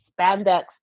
spandex